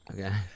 okay